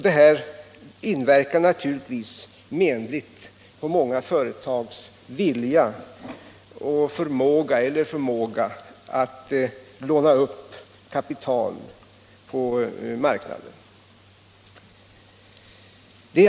Detta inverkar naturligtvis menligt på många företags vilja eller förmåga att låna upp kapital på marknaden.